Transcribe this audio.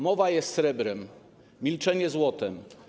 Mowa jest srebrem, milczenie złotem.